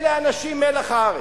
אלה אנשים מלח הארץ,